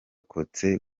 kuri